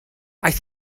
aeth